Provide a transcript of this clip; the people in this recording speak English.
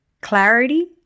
clarity